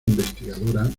investigadora